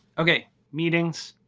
okay meetings,